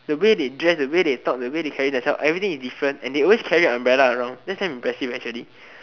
the way they dress the way they talk the way they carry themselves everything is different and they always carry an umbrella around that's damn impressive actually